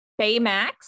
baymax